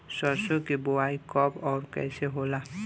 सरसो के बोआई कब और कैसे होला?